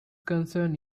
concern